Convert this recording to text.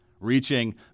reaching